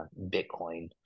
bitcoin